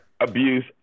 abuse